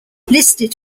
listed